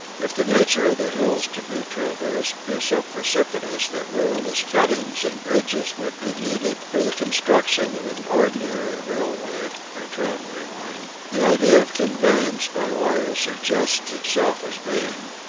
if the nature of the hills to be traversed be so precipitous that ruinous cuttings and bridges would be needed for the construction of an ordinary railway or tramway line, the idea of conveyance by wire suggests itself as being,